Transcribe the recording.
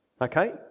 Okay